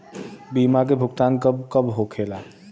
बीमा के भुगतान कब कब होले?